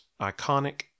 iconic